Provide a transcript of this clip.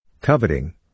Coveting